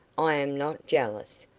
i am not jealous.